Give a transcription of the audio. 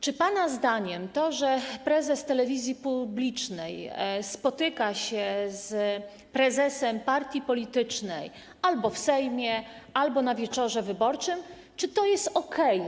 Czy pana zdaniem to, że prezes telewizji publicznej spotyka się z prezesem partii politycznej albo w Sejmie, albo na wieczorze wyborczym, jest okej?